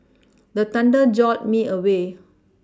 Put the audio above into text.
the thunder jolt me awake